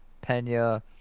Pena